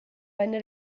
venne